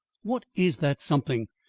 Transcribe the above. what is that something?